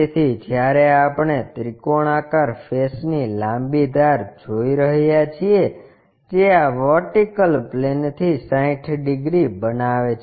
તેથી જ્યારે આપણે ત્રિકોણાકાર ફેસ ની લાંબી ધાર જોઈ રહ્યા છીએ જે આ વર્ટિકલ પ્લેનથી 60 ડિગ્રી બનાવે છે